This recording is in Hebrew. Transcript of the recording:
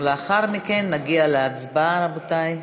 ולאחר מכן נגיע להצבעה, רבותי.